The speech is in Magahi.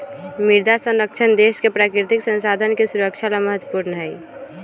मृदा संरक्षण देश के प्राकृतिक संसाधन के सुरक्षा ला महत्वपूर्ण हई